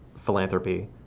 philanthropy